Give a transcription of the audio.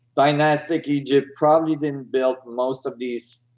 dynastic egypt probably didn't built most of these